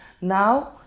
now